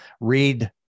read